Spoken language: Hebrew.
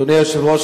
אדוני היושב-ראש,